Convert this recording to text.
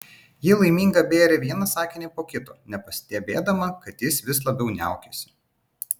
ji laiminga bėrė vieną sakinį po kito nepastebėdama kad jis vis labiau niaukiasi